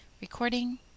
Recording